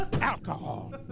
Alcohol